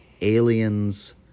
aliens